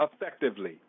effectively